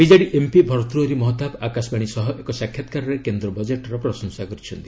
BJD MP Bhartruhari Mahtab Akashvani ସହ ଏକ ସାକ୍ଷାତକାରରେ କେନ୍ଦ୍ର ବଜେଟର ପ୍ରଶଂସା କରିଛନ୍ତି